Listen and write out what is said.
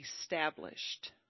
established